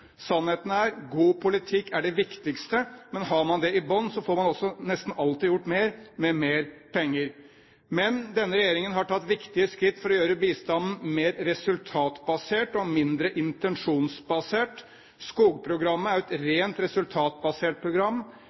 Sannheten er: God politikk er det viktigste, men har man det i bunnen, får man også nesten alltid gjort mer med mer penger. Denne regjeringen har tatt viktige skritt for å gjøre bistanden mer resultatbasert og mindre intensjonsbasert. Skogprogrammet er et rent resultatbasert program.